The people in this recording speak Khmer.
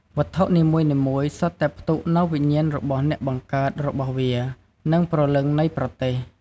វត្ថុនីមួយៗសុទ្ធតែផ្ទុកនូវវិញ្ញាណរបស់អ្នកបង្កើតរបស់វា និងព្រលឹងនៃប្រទេសមួយ។